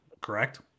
correct